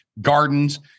gardens